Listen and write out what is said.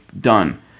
done